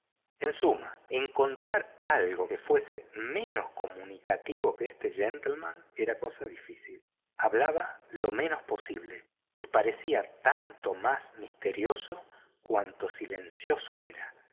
en suma encontrar algo que fuese menos comunicativo que este gentleman era cosa difícil hablaba lo menos posible y parecía tanto más misterioso cuanto más silencioso era